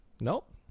Nope